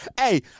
Hey